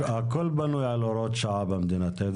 אתה יודע, הכול בנוי על הוראת שעה במדינה.